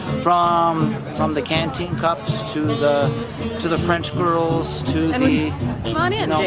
from from the canteen cups to the to the french girls, to the come on in,